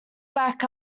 back